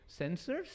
sensors